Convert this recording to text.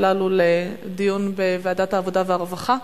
הללו לדיון בוועדת העבודה והרווחה,